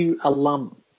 alum